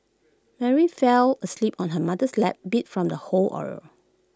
Mary fell asleep on her mother's lap beat from the whole ordeal